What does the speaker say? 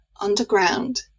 underground